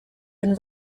been